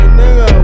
nigga